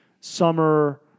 summer